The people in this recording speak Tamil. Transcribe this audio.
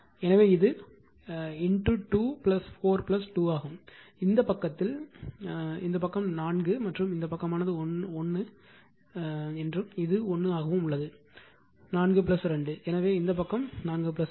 எனவே இது 2 4 2 ஆகும் இந்த பக்கத்தில் இந்த பக்கம் 4 மற்றும் இந்த பக்கமானது 1 என்றும் இது 1 ஆகவும் உள்ளது 4 2 எனவே இந்த பக்கம் 4 2